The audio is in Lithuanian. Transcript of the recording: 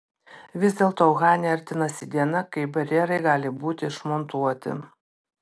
vis dėlto uhane artinasi diena kai barjerai gali būti išmontuoti